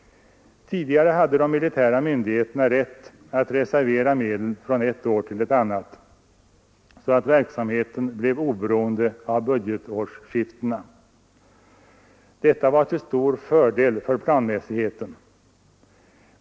Tidigare hade de militära myndigheterna rätt att reservera medel från ett år till ett annat, så att verksamheten blev oberoende av budgetårsskiftena. Detta var till stor fördel för planmässigheten.